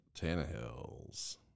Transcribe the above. Tannehill's